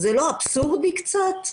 זה לא אבסורדי קצת?